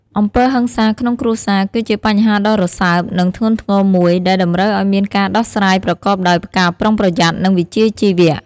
អំពើហិង្សាក្នុងគ្រួសារ គឺជាបញ្ហាដ៏រសើប និងធ្ងន់ធ្ងរមួយ ដែលតម្រូវឲ្យមានការដោះស្រាយប្រកបដោយការប្រុងប្រយ័ត្ន និងវិជ្ជាជីវៈ។